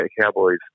Cowboys